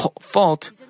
fault